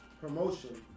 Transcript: promotion